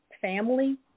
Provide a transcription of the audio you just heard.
family